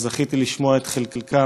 וזכיתי לשמוע את חלקם